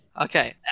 Okay